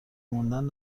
موندن